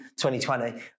2020